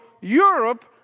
Europe